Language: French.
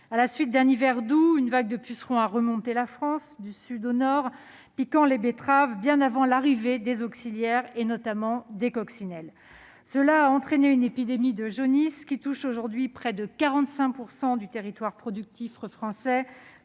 À la suite d'un hiver doux, une vague de pucerons a remonté la France du sud au nord, piquant les betteraves, bien avant l'arrivée des auxiliaires, notamment des coccinelles. Cela a entraîné une épidémie de jaunisse qui touche aujourd'hui près de 45 % du territoire productif français,